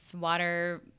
water